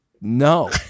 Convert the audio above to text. no